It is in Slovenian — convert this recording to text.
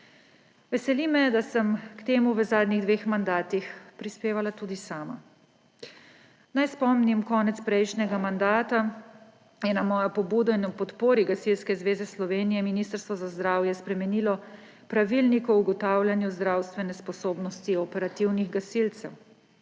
Veseli me, da sem k temu v zadnjih dveh mandatih prispevala tudi sama. Naj spomnim. Konec prejšnjega mandata je na mojo pobudo in ob podpori Gasilske zveze Slovenije Ministrstvo za zdravje spremenilo Pravilnik o ugotavljanju zdravstvene sposobnosti operativnih gasilcev.